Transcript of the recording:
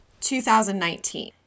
2019